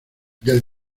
del